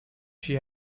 she